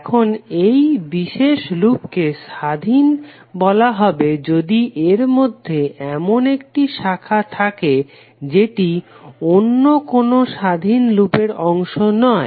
এখন এই বিশেষ লুপকে স্বাধীন বলা হবে যদি এরমধ্যে এমন একটি শাখা থাকে যেটি অন্য কোনো স্বাধীন লুপের অংশ নয়